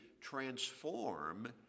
transform